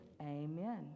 Amen